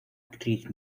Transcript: actriz